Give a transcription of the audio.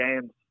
games